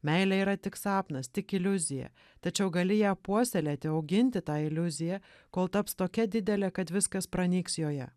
meilė yra tik sapnas tik iliuzija tačiau gali ją puoselėti auginti tą iliuziją kol taps tokia didelė kad viskas pranyks joje